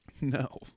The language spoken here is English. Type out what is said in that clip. No